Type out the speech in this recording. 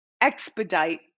expedite